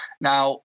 Now